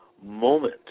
moment